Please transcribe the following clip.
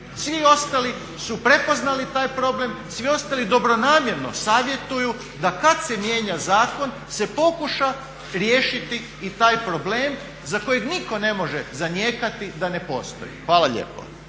Svi ostali su prepoznali taj problem, svi ostali dobronamjerno savjetuju da kada se mijenja zakon se pokuša riješiti i taj problem za kojeg nitko ne može zanijekati da ne postaji. Hvala lijepo.